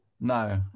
No